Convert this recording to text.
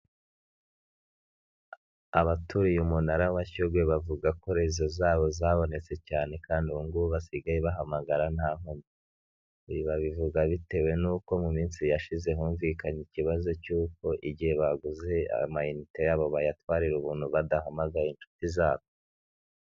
Abaturiye umunara wa Shyogwe bavuga ko rezo zabo zabonetse cyane kandi ubu ngubu basigaye bahamagara nta nkomyi, ibi babivuga bitewe n'uko mu minsi yashize humvikanye ikibazo cy'uko igihe baguze amayinite yabo bayatwarira ubuntu badahamagaye inshuti zabo.